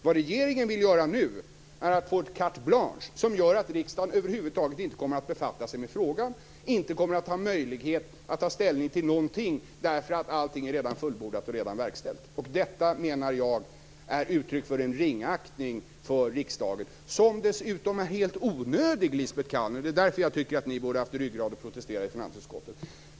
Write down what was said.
Vad regeringen vill nu är att få ett carte blanche, som gör att riksdagen över huvud taget inte kommer att befatta sig med frågan, inte kommer att ha möjlighet att ta ställning till någonting, eftersom allting redan är fullbordat och verkställt. Detta, menar jag, är uttryck för en ringaktning för riksdagen, som dessutom är helt onödig, Lisbet Calner. Det är därför jag tycker att ni borde ha haft ryggrad att protestera i finansutskottet.